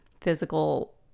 physical